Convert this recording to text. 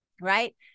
right